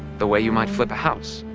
the way you might flip a house.